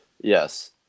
Yes